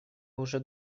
уже